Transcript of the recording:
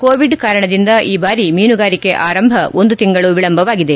Covid ಕಾರಣದಿಂದ ಈ ಬಾರಿ ಮೀನುಗಾರಿಕೆ ಆರಂಭ ಒಂದು ತಿಂಗಳು ವಿಳಂಬವಾಗಿದೆ